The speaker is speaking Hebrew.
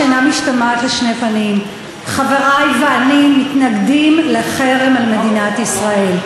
שאינה משתמעת לשתי פנים: חברי ואני מתנגדים לחרם על מדינת ישראל.